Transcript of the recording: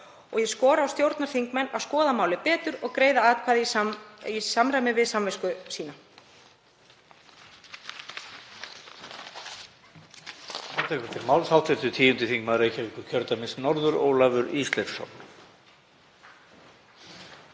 og ég skora á stjórnarþingmenn að skoða málið betur og greiða atkvæði í samræmi við samvisku sína.